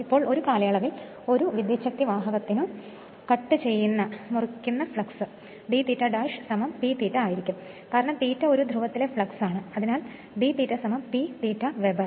ഇപ്പോൾ ഒരു കാലയളവിൽ ഒരു വിദ്യൂച്ഛക്തിവാഹകത്തിനു കട്ട് ചെയ്യുന്ന ഫ്ലക്സ് d ∅' P ∅ ആയിരിക്കും കാരണം ∅ ഒരു ധ്രുവത്തിലെ ഫ്ലക്സ് ആണ് അതിനാൽ d ∅ P ∅ വെബർ